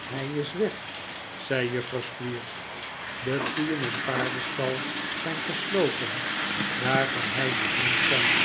hij is weg zei juffrouw squeers de koeien en paardehstal zijn gesloten daar kan hij dus niet zijn